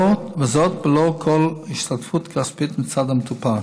וזאת בלא כל השתתפות כספית מצד המטופל.